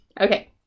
Okay